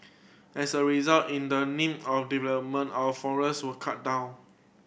as a result in the name of development our forest were cut down